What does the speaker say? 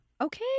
Okay